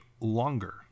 longer